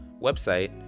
website